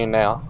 now